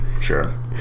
Sure